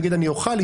יגיד: אני אוכל,